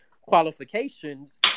qualifications